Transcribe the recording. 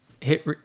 hit